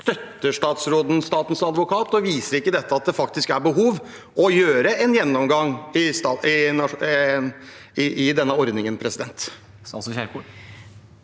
Støtter statsråden statens advokat? Viser ikke dette at det faktisk er behov for en gjennomgang av denne ordningen? Statsråd